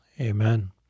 Amen